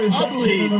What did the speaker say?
ugly